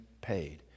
paid